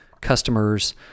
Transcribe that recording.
customers